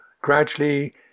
gradually